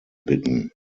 bitten